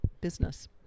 business